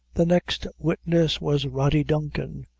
the next witness was rody duncan,